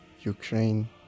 Ukraine